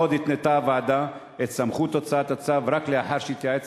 עוד התנתה הוועדה את סמכות הוצאת הצו רק לאחר שהתייעץ